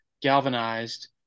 galvanized